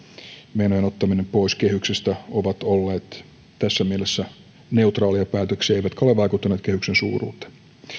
menojen ottaminen pois kehyksestä ovat olleet tässä mielessä neutraaleja päätöksiä eivätkä ole vaikuttaneet kehyksen suuruuteen